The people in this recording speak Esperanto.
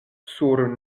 sur